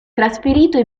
trasferito